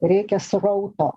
reikia srauto